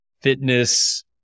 fitness